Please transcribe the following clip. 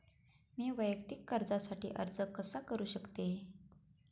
मी वैयक्तिक कर्जासाठी अर्ज कसा करु शकते?